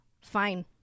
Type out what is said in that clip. fine